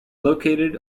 located